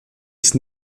ist